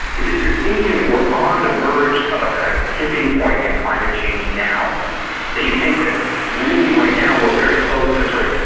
is that you're thinking that we're on the verge of a kind of tipping point in climate change now that you think that really right now we're very close to, sort of,